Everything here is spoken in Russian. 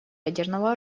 ядерного